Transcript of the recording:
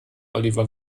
oliver